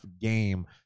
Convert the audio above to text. game